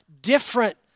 different